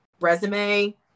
resume